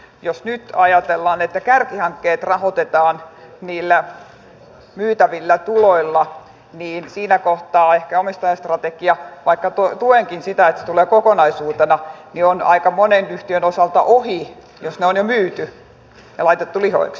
jos nyt ajatellaan että kärkihankkeet rahoitetaan niillä myytävillä tuloilla niin siinä kohtaa ehkä omistajastrategia vaikka tuenkin sitä että se tulee kokonaisuutena on aika monen yhtiön osalta ohi jos ne on jo myyty ja laitettu lihoiksi